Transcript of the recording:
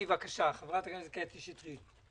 חברת הכנסת קטי שטרית.